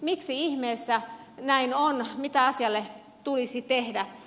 miksi ihmeessä näin on mitä asialle tulisi tehdä